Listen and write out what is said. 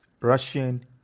Russian